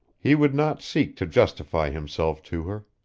he would not seek to justify himself to her.